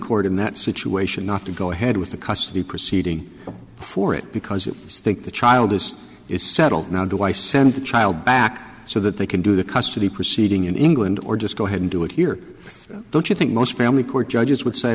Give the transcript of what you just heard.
court in that situation not to go ahead with the custody proceeding for it because i think the child is settled now do i send the child back so that they can do the custody proceeding in england or just go ahead and do it here don't you think most family court judges would say